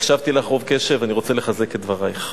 הקשבתי לך רוב קשב, ואני רוצה לחזק את דברייך.